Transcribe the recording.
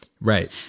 right